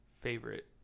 favorite